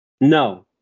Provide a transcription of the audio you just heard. No